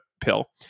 pill